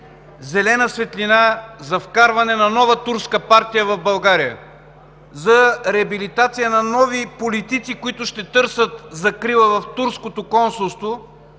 зелена светлина за вкарване на нова турска партия в България, за реабилитация на нови политици, които ще търсят закрила в турското консулство,